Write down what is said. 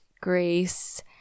Grace